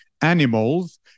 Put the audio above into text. animals